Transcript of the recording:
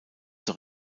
zur